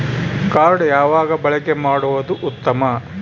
Card ಯಾವಾಗ ಬಳಕೆ ಮಾಡುವುದು ಉತ್ತಮ?